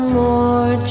more